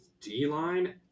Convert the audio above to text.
D-line